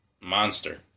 monster